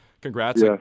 congrats